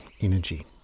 energy